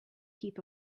heap